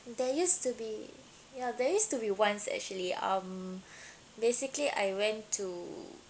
there used to be ya there used to be once actually um basically I went to